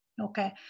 okay